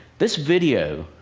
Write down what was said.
this video,